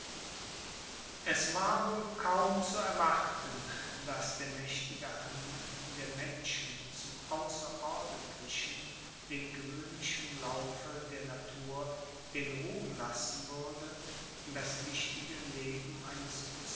es war wohl kaum zu erwarten daß der mächtige hang der menschen zum außerordentlichen dem gewöhnlichen laufe der natur den ruhm lassen würde das wichtige leben eines